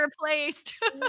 replaced